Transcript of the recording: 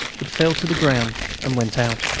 it fell to the ground and went out.